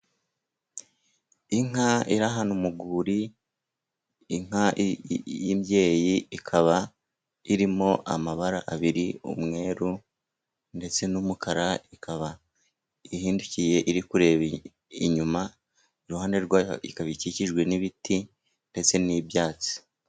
Inka iri ahantu mu rwuri, inka y'imbyeyi, ikaba irimo amabara abiri umweru ndetse n'umukara, ikaba ihindukiye iri kureba inyuma, iruhande rwa yo ikaba ikikijwe n'ibiti ndetse n'ibyatsi.